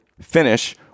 finish